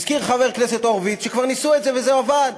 הזכיר חבר הכנסת הורוביץ שכבר ניסו את זה וזה עבד.